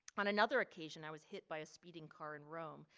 on another occasion, i was hit by a speeding car in rome.